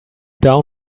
down